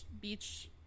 beach